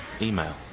email